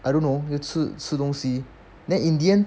I don't know 吃吃东西 then in the end